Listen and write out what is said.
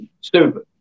stupid